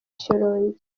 shyorongi